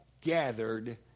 gathered